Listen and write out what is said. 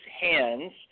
hands